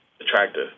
attractive